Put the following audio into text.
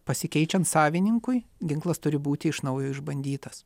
pasikeičiant savininkui ginklas turi būti iš naujo išbandytas